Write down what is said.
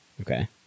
Okay